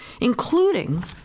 including